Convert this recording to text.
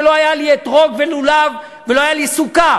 כשלא היה לי אתרוג ולולב ולא הייתה לי סוכה.